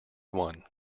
one